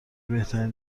بهترین